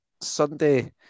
Sunday